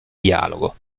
dialogo